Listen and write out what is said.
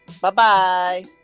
Bye-bye